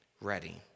ready